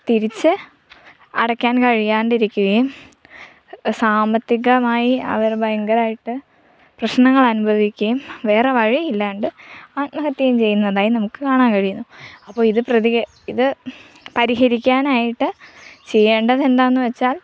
തിരിച്ച് അടക്കാൻ കഴിയാതിരിക്കുകയും സാമ്പത്തികമായി അവർ ഭയങ്കരമായിട്ട് പ്രശ്നങ്ങൾ അനുഭവിക്കുകയും വേറെ വഴിയില്ലാതെ ആത്മഹത്യയും ചെയ്യുന്നതായി നമുക്ക് കാണാൻ കഴിയുന്നു അപ്പോൾ ഇത് പ്രതി ഇത് പരിഹരിക്കാനായിട്ട് ചെയ്യേണ്ടത് എന്താണെന്ന് വെച്ചാൽ